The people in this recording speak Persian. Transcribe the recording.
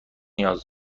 نیاز